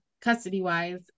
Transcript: custody-wise